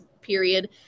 period